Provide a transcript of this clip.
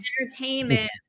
entertainment